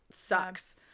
sucks